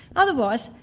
otherwise,